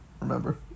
remember